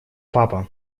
папа